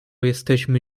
jesteśmy